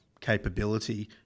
capability